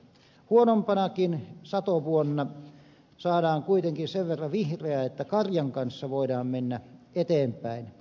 huonompanakin satovuonna saadaan kuitenkin sen verran vihreää että karjan kanssa voidaan mennä eteenpäin